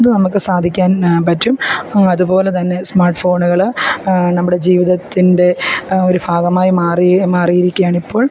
അത് നമുക്ക് സാധിക്കാൻ പറ്റും അതുപോലെ തന്നെ സ്മാർട്ട് ഫോണുകൾ നമ്മുടെ ജീവിത്തത്തിൻ്റെ ഒരു ഭാഗമായി മാറി മാറിയിരിക്കുകയാണിപ്പോൾ